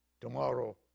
Tomorrow